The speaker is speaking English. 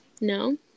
No